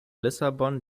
lissabon